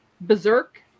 Berserk